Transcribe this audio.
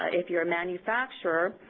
ah if you're a manufacturer,